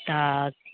तऽ